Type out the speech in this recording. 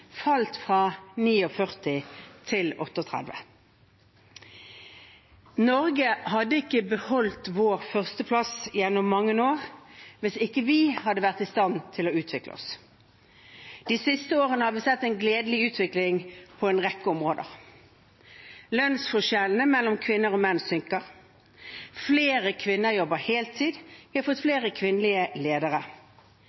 falt fra 49 til 38. Norge hadde ikke beholdt sin førsteplass gjennom mange år hvis vi ikke hadde vært i stand til å utvikle oss. De siste årene har vi sett en gledelig utvikling på en rekke områder. Lønnsforskjellene mellom kvinner og menn synker, flere kvinner jobber heltid, vi har fått